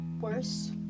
worse